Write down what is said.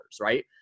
right